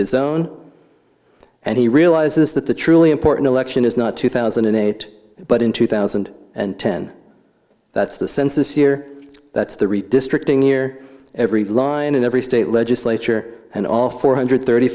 his own and he realizes that the truly important election is not two thousand and eight but in two thousand and ten that's the census year that's the redistricting year every line in every state legislature and all four hundred thirty